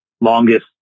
longest